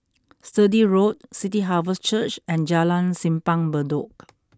Sturdee Road City Harvest Church and Jalan Simpang Bedok